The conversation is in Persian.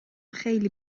خیلی